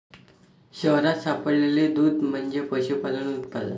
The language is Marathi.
शहरात सापडलेले दूध म्हणजे पशुपालन उत्पादन